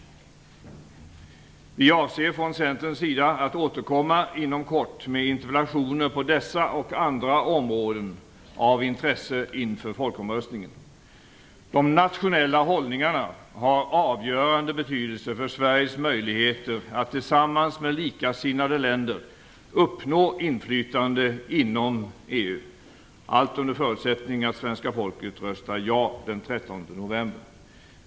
Vi avser från Centerns sida att återkomma inom kort med interpellationer på dessa och andra områden av intresse inför folkomröstningen. De nationella hållningarna har avgörande betydelse för Sveriges möjligheter att tillsammans med likasinnade länder uppnå inflytande inom EU - allt under förutsättning att svenska folket röstar ja den 13 november.